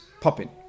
popping